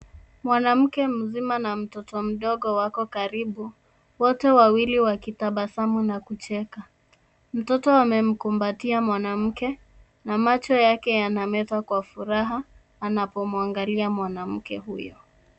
Mwanamke mzima na mtoto mdogo wako karibu, wote wawili wakitabasamu na kucheka, mtoto amemkumbatia mwanamke na macho yake yana meta kwa furaha anapomwangalia mwanamke huyo.